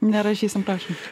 nerašysim prašom